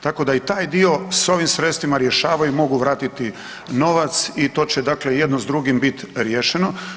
Tako da i taj dio s ovim sredstvima rješavaju, mogu vratiti novac i to će dakle, jedno s drugim biti riješeno.